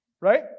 right